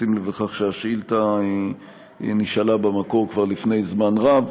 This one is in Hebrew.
בשים לב לכך שהשאילתה נשאלה במקור כבר לפני זמן רב.